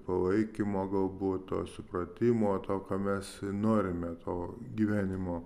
palaikymo galbūt to supratimo to ką mes norime to gyvenimo